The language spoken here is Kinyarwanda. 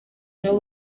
nibo